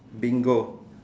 bingo